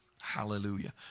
Hallelujah